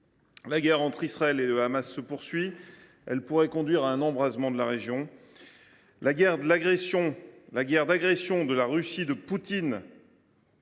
La guerre entre Israël et le Hamas se poursuit et pourrait conduire à un embrasement de la région. La guerre d’agression que la Russie de Poutine